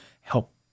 help